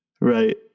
right